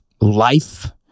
life